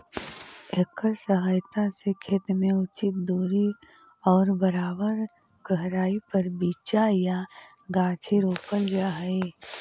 एकर सहायता से खेत में उचित दूरी और बराबर गहराई पर बीचा या गाछी रोपल जा हई